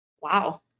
Wow